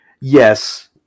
yes